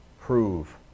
prove